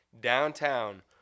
downtown